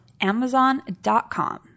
amazon.com